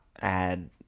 add